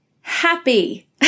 happy